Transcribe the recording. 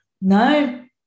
No